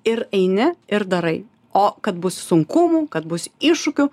ir eini ir darai o kad bus sunkumų kad bus iššūkių